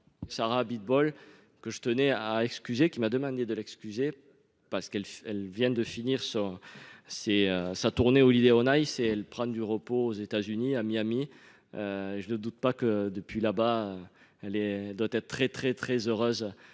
Sarah Abitbol que je tenais à excuser qui m'a demandé de l'excuser parce qu'elle elle vient de finir sa, c'est sa tournée. Holiday on Ice et elle prendre du repos. Aux États-Unis, à Miami. Je ne doute pas que depuis bas elle elle doit être très très très heureuse